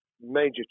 major